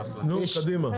קדימה.